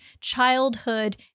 childhood